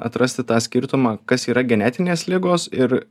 atrasti tą skirtumą kas yra genetinės ligos ir